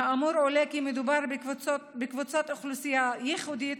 מהאמור עולה כי מדובר בקבוצת אוכלוסייה ייחודית,